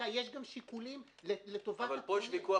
יש גם שיקולים לטובת --- אבל פה יש ויכוח